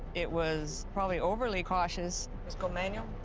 it was probably overly cautious. just go manual?